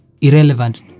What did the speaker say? irrelevant